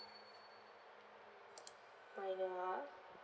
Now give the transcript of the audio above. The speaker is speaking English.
minor